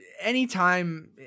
anytime